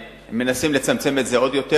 מנסים לצמצם את זה עוד יותר,